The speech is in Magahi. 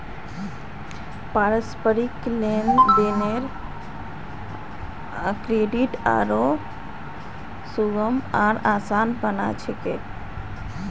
पारस्परिक लेन देनेर क्रेडित आरो सुगम आर आसान बना छेक